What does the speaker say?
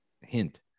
hint